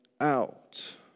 out